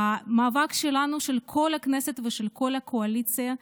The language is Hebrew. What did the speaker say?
המאבק שלנו, של כל הכנסת ושל כל הקואליציה,